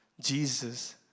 Jesus